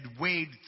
weighed